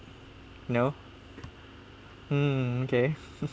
you know mm okay